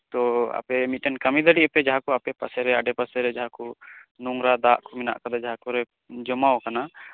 ᱛᱚ ᱟᱯᱮ ᱢᱤᱜᱴᱮᱱ ᱠᱟ ᱢᱤ ᱫᱟᱲᱮᱭᱟᱜᱼᱟ ᱯᱮ ᱡᱟᱦᱟᱸ ᱠᱚ ᱟᱰᱮ ᱯᱟᱥᱮ ᱨᱮ ᱡᱟᱦᱟᱸ ᱠᱚ ᱱᱚᱝᱨᱟ ᱫᱟᱜ ᱢᱮᱱᱟᱜ ᱠᱟᱫᱟ ᱡᱟᱦᱟᱸ ᱠᱚᱨᱮ ᱡᱚᱢᱟᱣ ᱠᱟᱱᱟ